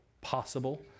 possible